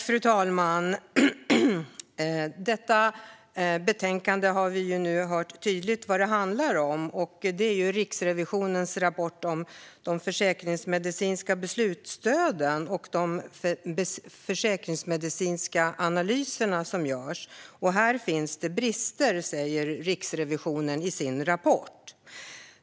Fru talman! Vi har nu hört tydligt vad detta betänkande handlar om, nämligen Riksrevisionens rapport om de försäkringsmedicinska beslutsstöden och de försäkringsmedicinska analyser som görs. Här finns det brister, säger Riksrevisionen i sin rapport.